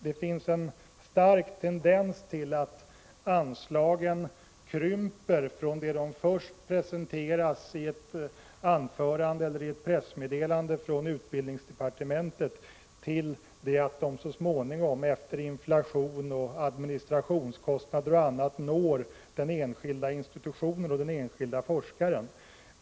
Det finns en stark tendens till att anslagen krymper från det att de först presenteras i ett anförande eller ett pressmeddelande från utbildningsdepartementet till det att de så småningom, efter inflationen, administrationskostnader och annat, når den enskilda institutionen och den enskilde forskaren.